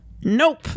Nope